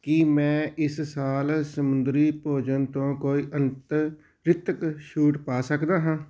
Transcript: ਕੀ ਮੈਂ ਇਸ ਸਾਲ ਸਮੁੰਦਰੀ ਭੋਜਨ ਤੋਂ ਕੋਈ ਅੰਤਰਿਕਤ ਛੂਟ ਪਾ ਸਕਦਾ ਹਾਂ